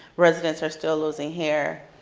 residents are still losing hair.